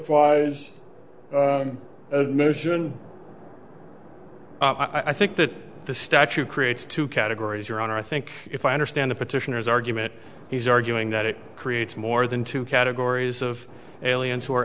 flies mission i think that the statue creates two categories your honor i think if i understand the petitioner's argument he's arguing that it creates more than two categories of aliens who are